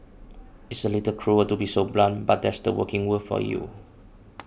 it's a little cruel to be so blunt but that's the working world for you